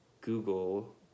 Google